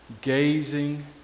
gazing